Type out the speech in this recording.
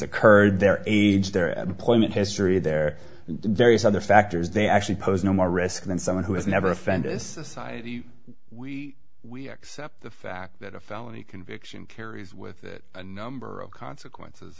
occurred their age their employment history their various other factors they actually pose no more risk than someone who has never offended a society we accept the fact that a felony conviction carries with it a number of consequences